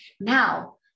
now